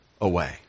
away